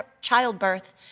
childbirth